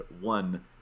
one